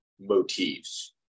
motifs